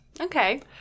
okay